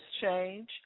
Change